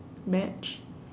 match